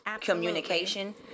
communication